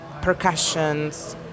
percussions